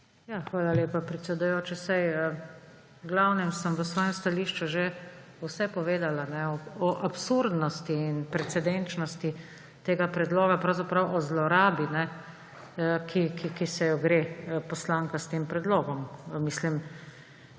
Hvala lepa, predsedujoči. Saj v glavnem sem v svojem stališču že vse povedala, o absurdnosti in precedenčnosti tega predloga, pravzaprav o zlorabi, ki se jo gre poslanka s tem predlogom. Poslanka